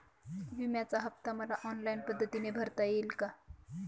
विम्याचा हफ्ता मला ऑनलाईन पद्धतीने भरता येईल का?